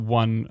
one